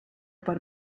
per